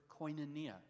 koinonia